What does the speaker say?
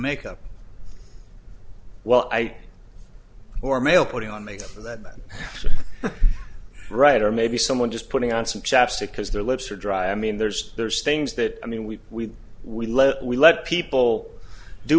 makeup while i or male putting on makeup for that right or maybe someone just putting on some chapstick because their lips are dry i mean there's there's things that i mean we we we lead we let people do